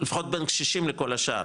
לפחות בין קשישים לכל השאר,